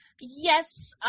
Yes